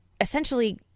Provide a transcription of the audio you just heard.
essentially